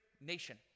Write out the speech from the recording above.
nation